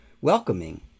welcoming